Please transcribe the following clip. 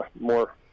more